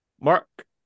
Mark